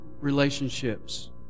relationships